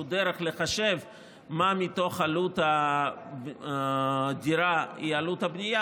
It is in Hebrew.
דרך לחשב מה מתוך עלות הדירה היא עלות הבנייה,